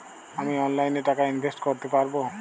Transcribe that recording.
আমি অনলাইনে টাকা ইনভেস্ট করতে পারবো?